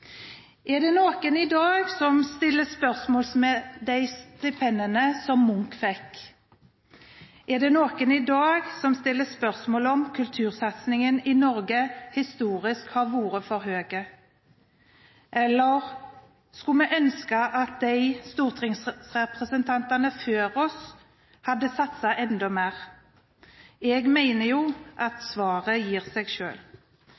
Er det noen i dag som stiller spørsmål ved de stipendene som Munch fikk? Er det noen i dag som stiller spørsmål ved om kultursatsingen i Norge historisk sett har vært for høy? Eller skulle vi ønske at stortingsrepresentantene før oss hadde satset enda mer? Jeg mener at svaret gir seg